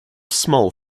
small